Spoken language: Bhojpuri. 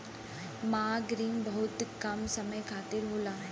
मांग रिन बहुत कम समय खातिर होला